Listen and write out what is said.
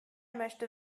möchte